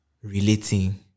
Relating